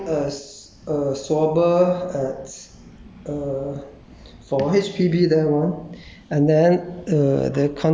err previously I I was working as a swabber at err